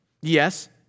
Yes